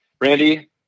Randy